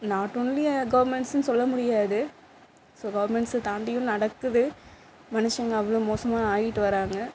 not only கவுர்மெண்ட்ஸ்ன்னு சொல்ல முடியாது ஸோ கவுர்மெண்ட்ஸை தாண்டியும் நடக்குது மனுஷங்கள் அவ்வளோ மோசமாக ஆகிட்டு வாராங்க